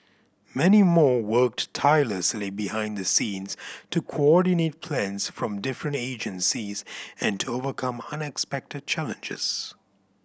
many more worked tirelessly behind the scenes to coordinate plans from different agencies and to overcome unexpected challenges